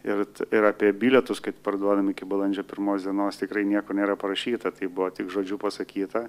ir ir apie bilietus kad parduodami iki balandžio pirmos dienos tikrai nieko nėra parašyta tai buvo tik žodžiu pasakyta